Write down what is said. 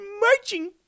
marching